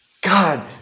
God